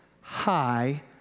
high